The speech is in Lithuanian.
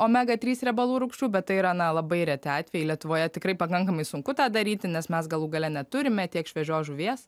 omega trys riebalų rūgščių bet tai yra na labai reti atvejai lietuvoje tikrai pakankamai sunku tą daryti nes mes galų gale neturime tiek šviežios žuvies